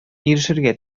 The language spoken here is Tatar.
ирешергә